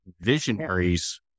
visionaries